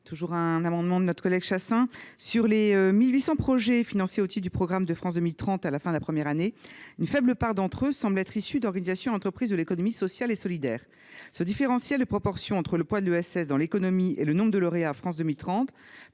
collègue Chasseing est le premier signataire. Sur les 1 800 projets financés au titre du plan France 2030 à la fin de la première année, une faible part d’entre eux semble être issue d’organisations et d’entreprises de l’économie sociale et solidaire. Ce différentiel de proportions entre le poids de l’ESS dans l’économie et le nombre de lauréats sélectionnés